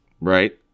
right